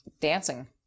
Dancing